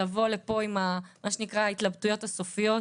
ולבוא לפה עם ההתלבטויות הסופיות.